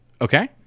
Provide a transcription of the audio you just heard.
Okay